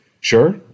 Sure